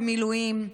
במילואים,